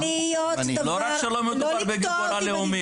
זה אמור להיות דבר --- לא רק שלא מדובר בגיבורה לאומית.